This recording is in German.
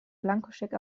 blankoscheck